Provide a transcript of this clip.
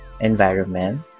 Environment